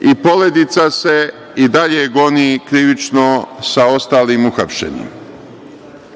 i Poledica se i dalje goni krivično sa ostalim uhapšenim.